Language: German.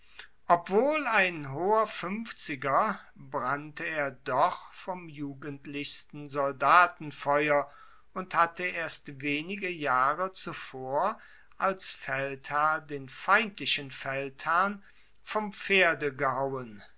obwohl ein hoher fuenfziger brannte er doch vom jugendlichsten soldatenfeuer und hatte erst wenige jahre zuvor als feldherr den feindlichen feldherrn vom pferde gehauen